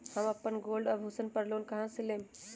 हम अपन गोल्ड आभूषण पर लोन कहां से लेम?